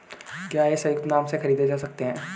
क्या ये संयुक्त नाम से खरीदे जा सकते हैं?